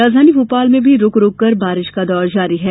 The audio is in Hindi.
राजधानी भोपाल में भी रूक रूककर बारिश का दौर जारी है